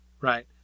right